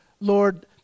Lord